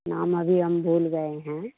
नाम अभी हम भूल गए हैं